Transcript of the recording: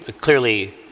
clearly